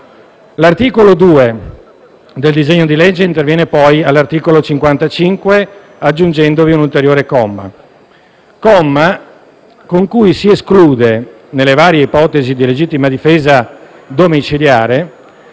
L'articolo 2 del disegno di legge interviene poi all'articolo 55, aggiungendovi un ulteriore comma, con cui si esclude, nelle varie ipotesi di legittima difesa domiciliare,